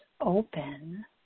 open